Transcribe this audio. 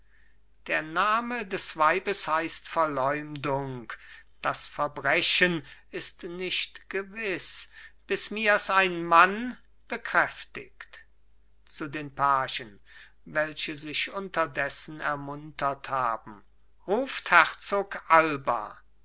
der name des weibes heißt verleumdung das verbrechen ist nicht gewiß bis mirs ein mann bekräftigt zu den pagen welche sich unterdessen ermuntert haben ruft herzog alba